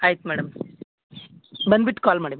ಆಯ್ತು ಮೇಡಮ್ ಬಂದ್ಬಿಟ್ಟು ಕಾಲ್ ಮಾಡಿ